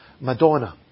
Madonna